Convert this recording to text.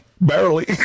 Barely